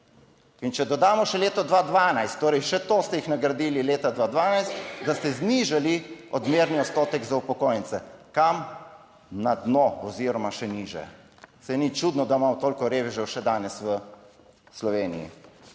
In če dodamo še leto 2012, torej še to ste jih nagradili leta 2012, da ste znižali odmerni odstotek za upokojence. Kam? Na dno oziroma še nižje? Saj ni čudno, da imamo toliko revežev še danes v Sloveniji.